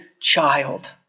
child